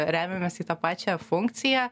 remiamės į tą pačią funkciją